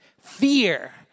fear